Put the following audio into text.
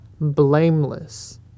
blameless